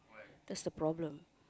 that's the problem